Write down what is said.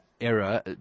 era